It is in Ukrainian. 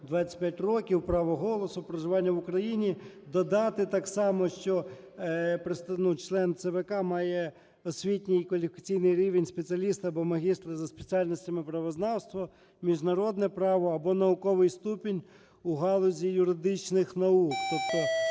25 років, право голосу, проживання в Україні, додати так само, що член ЦВК має освітній кваліфікаційний рівень спеціаліста або магістра за спеціальностями "правознавство", "міжнародне право" або науковий ступінь у галузі юридичних наук.